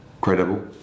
credible